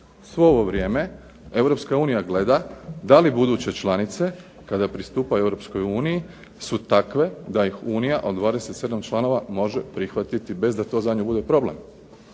Svo ovo vrijeme Europska unija gleda da li buduće članice kada pristupaju Europskoj uniji su takve da ih Unija od 27 članova može prihvatiti bez da to za nju bude problem.